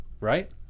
Right